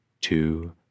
two